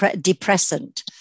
depressant